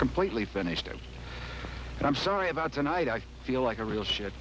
completely finished or i'm sorry about tonight i feel like a real shit